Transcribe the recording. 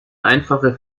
einfache